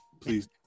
please